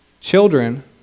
Children